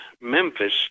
Memphis